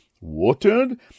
watered